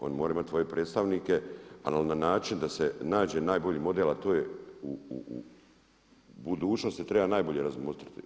Oni moraju imati svoje predstavnike ali na način da se nađe najbolji model, a to je u budućnosti treba najbolje razmotriti.